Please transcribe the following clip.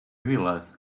realize